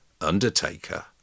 Undertaker